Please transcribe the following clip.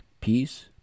peace